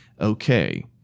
okay